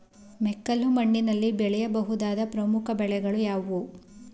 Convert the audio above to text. ಮೆಕ್ಕಲು ಮಣ್ಣಿನಲ್ಲಿ ಬೆಳೆಯ ಬಹುದಾದ ಪ್ರಮುಖ ಬೆಳೆಗಳು ಯಾವುವು?